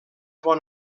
bon